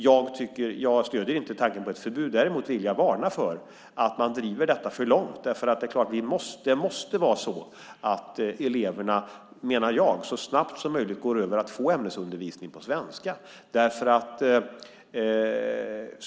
Jag stöder inte tanken på ett förbud, men jag vill varna för att man driver detta för långt. Jag menar att eleverna så snabbt som möjligt måste gå över till att få ämnesundervisning på svenska.